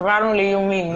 עברנו לאיומים.